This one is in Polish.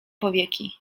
powieki